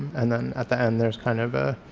and then at the end there's kind of a,